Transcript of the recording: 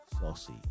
Saucy